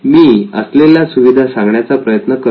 मी असलेल्या सुविधा सांगण्याचा प्रयत्न करतो